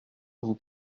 vous